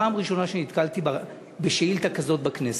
פעם ראשונה שנתקלתי בשאילתה כזאת בכנסת.